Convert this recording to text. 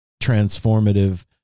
transformative